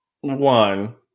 one